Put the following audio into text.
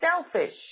selfish